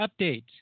updates